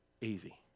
easy